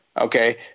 Okay